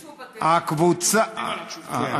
אנחנו עובדים על התשובה.